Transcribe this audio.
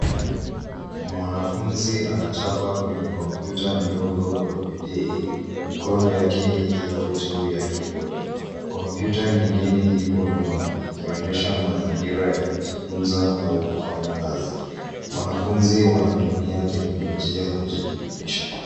Mwanafunzi anachapa kwenye kompyuta ndogo kwa bidii, mikono yake ikiwa juu ya kibodi. Kompyuta nyingine ipo nyuma, ikionesha mazingira ya kujifunza au kufanya kazi. Wanafunzi wanatumia teknolojia kujielimisha.